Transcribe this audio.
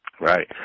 Right